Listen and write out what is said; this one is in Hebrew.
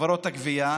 של חברות הגבייה,